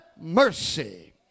mercy